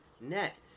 net